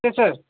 sir